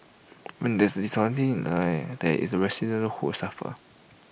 when there is dishonesty in the Town IT is the residents who suffer